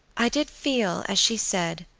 i did feel, as she said,